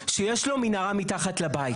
שיש לו מנהרה מתחת לבית?